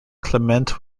clement